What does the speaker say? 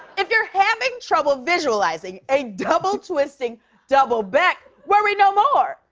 if you're having trouble visualizing a double twisting double back, worry no more.